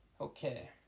Okay